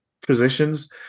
positions